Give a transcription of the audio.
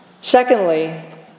Secondly